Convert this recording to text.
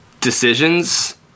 decisions